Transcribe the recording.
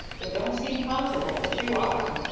it don't seem possible, but you are.